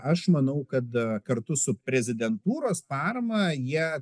aš manau kad kartu su prezidentūros parama jie